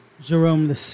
Jerome